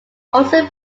also